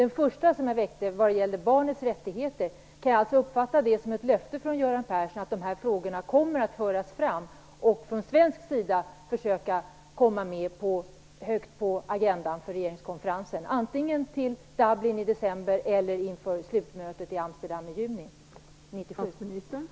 När det gäller min fråga om barnens rättigheter - kan jag uppfatta det som ett löfte från Göran Persson att de här frågorna kommer att föras fram och att Sverige kommer att försöka få upp dem högt på regeringskonferensens agenda, antingen till Dublin i december eller inför slutmötet i Amsterdam i juni 1997?